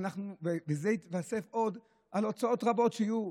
זה יתווסף על הוצאות רבות שיהיו.